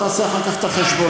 תעשה אחר כך את החשבון,